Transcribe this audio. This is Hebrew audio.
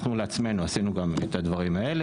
אנחנו לעצמנו עשינו גם את הדברים האלה